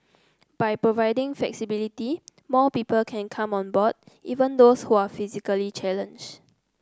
by providing flexibility more people can come on board even those who are physically challenged